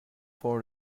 for